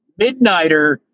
Midnighter